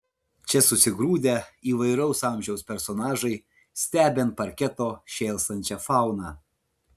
čia susigrūdę įvairaus amžiaus personažai stebi ant parketo šėlstančią fauną